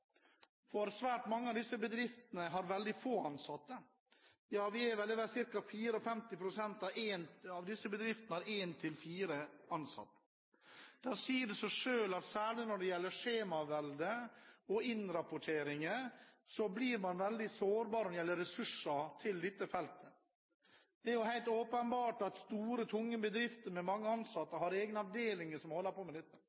del. Svært mange av disse bedriftene har veldig få ansatte – ca. 54 pst. av dem har én–fire ansatte. Da sier det seg selv at særlig på feltet skjemavelde og innrapporteringer blir man veldig sårbar på ressurser. Det er helt åpenbart at store, tunge bedrifter med mange ansatte har egne avdelinger som holder på med dette.